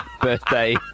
birthday